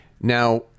Now